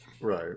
Right